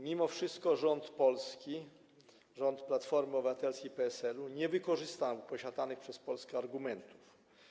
Mimo wszystko rząd Polski, rząd Platformy Obywatelskiej i PSL-u, nie wykorzystał posiadanych przez Polskę argumentów.